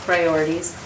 Priorities